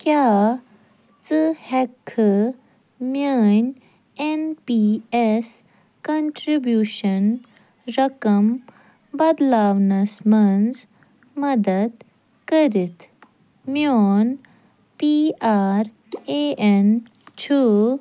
کیٛاہ ژٕ ہیٚکہِ کھا میٛٲنۍ ایٚن پی ایٚس کنٹرٛبیٛوشن رقم بدلاونَس منٛز مدد کٔرِتھ میٛون پی آر اے ایٚن چھُ